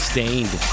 Stained